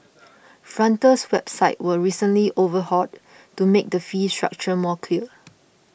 frontier's website was recently overhauled to make the fee structure more clear